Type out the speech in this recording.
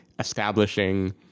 establishing